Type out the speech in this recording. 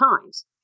times